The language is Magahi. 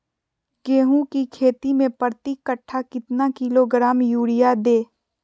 गेंहू की खेती में प्रति कट्ठा कितना किलोग्राम युरिया दे?